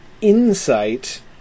insight